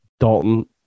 Dalton